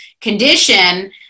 condition